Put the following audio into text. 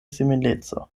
simileco